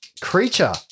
creature